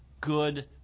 good